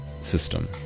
system